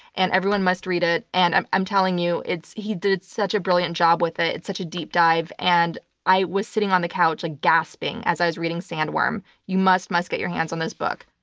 and everyone must read it. and i'm i'm telling you, he did such a brilliant job with it. it's such a deep dive. and i was sitting on the couch gasping as i was reading sandworm. you must, must get your hands on this book.